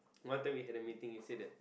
one time we had a meeting he said that